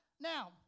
Now